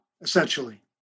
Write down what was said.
essentially